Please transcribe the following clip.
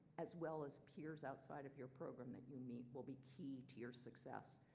as well as peers outside of your program that you need will be key to your success.